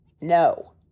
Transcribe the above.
No